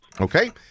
Okay